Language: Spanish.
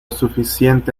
suficiente